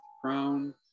crown